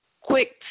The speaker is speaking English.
quick